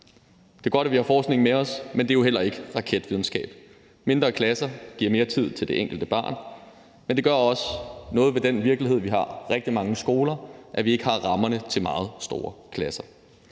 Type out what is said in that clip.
Det er godt, at vi har forskningen med os, men det er jo heller ikke raketvidenskab. Mindre klasser giver mere tid til det enkelte barn, men det gør også noget ved den virkelighed, vi har i rigtig mange skoler, nemlig at vi ikke har rammerne til meget store klasser.